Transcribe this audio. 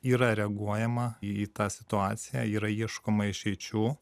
yra reaguojama į tą situaciją yra ieškoma išeičių